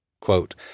Quote